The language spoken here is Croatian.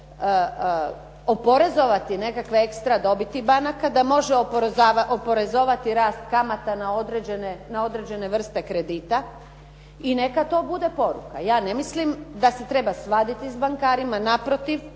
oporezovati nekakve ekstra dobiti banaka, da može oporezivati rast kamata na određene vrste kredita. I neka to bude poruka. Ja ne mislim da se treba svaditi s bankarima, naprotiv,